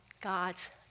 God's